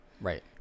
right